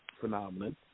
phenomenon